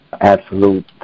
absolute